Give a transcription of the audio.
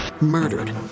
murdered